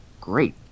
great